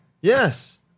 Yes